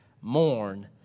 mourn